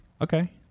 Okay